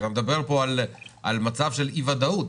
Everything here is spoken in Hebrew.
אתה מדבר פה על מצב של אי ודאות,